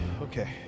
okay